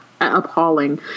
appalling